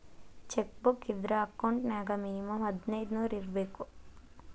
check book ಇದ್ರ account ನ್ಯಾಗ minimum ಹದಿನೈದ್ ನೂರ್ ಇರ್ಬೇಕು